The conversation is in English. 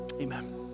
Amen